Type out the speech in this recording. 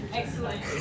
excellent